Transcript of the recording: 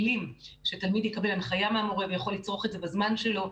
כלים שתלמיד יקבל הנחיה מהמורה ויכול לצרוך את זה בזמן שלו,